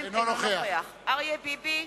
אינו נוכח אריה ביבי,